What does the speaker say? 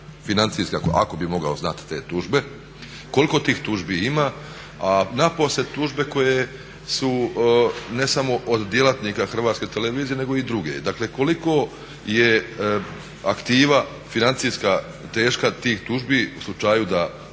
financijska, ako bih mogao znati te tužbe, koliko tih tužbi ima a napose tužbe koje su ne samo od djelatnika Hrvatske televizije nego i druge. Dakle koliko je aktiva financijska teška tih tužbi u slučaju da,